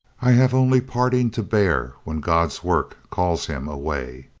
i have only parting to bear when god's work calls him away.